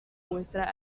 muestra